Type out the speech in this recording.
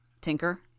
Tinker